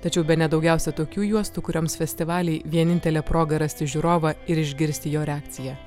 tačiau bene daugiausia tokių juostų kurioms festivaliai vienintelė proga rasti žiūrovą ir išgirsti jo reakciją